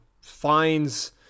finds